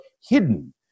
hidden